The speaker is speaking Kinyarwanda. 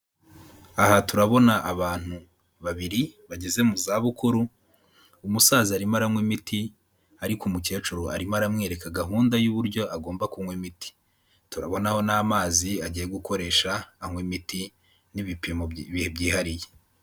Aha turabona abantu babiri bageze mu zabukuru, umusaza arimo aranywa imiti ariko umukecuru arimo aramwereka gahunda y'uburyo agomba kunywa imiti, turabonaho n'amazi agiye gukoresha anywa imiti n'ibipimo byihariye.